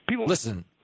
Listen